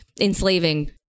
enslaving